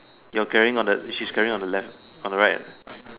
you are carrying on the she's carrying on the left on the right